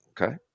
Okay